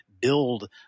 build